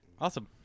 Awesome